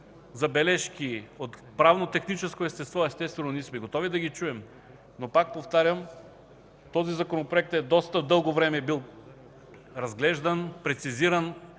забележки от правно-техническо естество, естествено, ние сме готови да ги чуем. Пак повтарям, този Законопроект доста дълго време е бил разглеждан, прецизиран